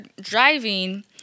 driving